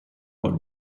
what